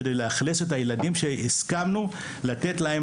כדי לאכלס את הילדים שהסכמנו לתת להם